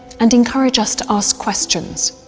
and encourage us to ask questions.